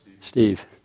Steve